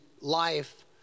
life